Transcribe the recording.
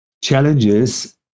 challenges